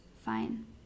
fine